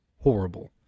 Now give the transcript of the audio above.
horrible